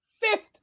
fifth